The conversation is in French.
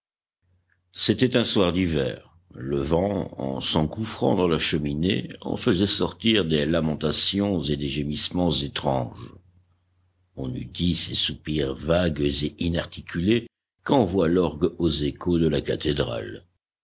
c'était un soir d'hiver le vent en s'engouffrant dans la cheminée en faisait sortir des lamentations et des gémissements étranges on eût dit ces soupirs vagues et inarticulés qu'envoie l'orgue aux échos de la cathédrale